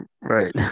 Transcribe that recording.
Right